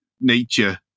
nature